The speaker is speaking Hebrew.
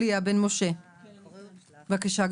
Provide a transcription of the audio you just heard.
בבקשה,